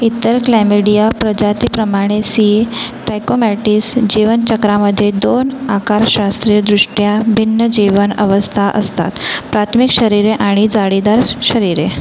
इतर क्लॅमिडीया प्रजातीप्रमाणे C trachomatis जीवनचक्रामध्ये दोन आकारशास्त्रीयदृष्ट्या भिन्न जीवन अवस्था असतात प्राथमिक शरीरे आणि जाळीदार स शरीरे